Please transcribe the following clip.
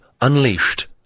unleashed